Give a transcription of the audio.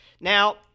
Now